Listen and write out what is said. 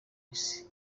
isi